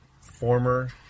former